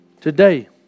today